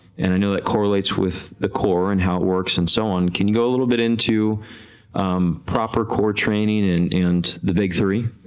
and i know that correlates with the core and how it works and so on, can you go a little bit into proper core training and and the big three?